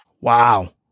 Wow